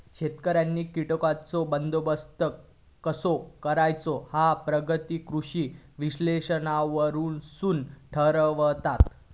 शेतकऱ्यांनी कीटकांचो बंदोबस्त कसो करायचो ह्या प्रगत कृषी विश्लेषणावरसून ठरवतत